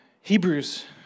Hebrews